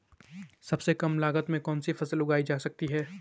सबसे कम लागत में कौन सी फसल उगाई जा सकती है